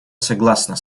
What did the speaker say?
согласна